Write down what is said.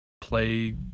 play